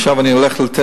עכשיו אני אתן רשימה,